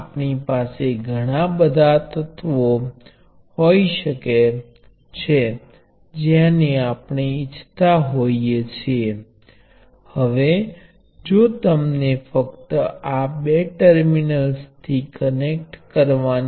આપણે તાત્કાલિક નોંધીશું કે આ જોડાણ ની મંજૂરી નથી કારણ કે કિર્ચહોફના પ્ર્વાહ ના કાયદાનું ઉલ્લંઘન આ નોડ પર થાય છે સિવાય કે I2 I1 થાય